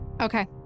Okay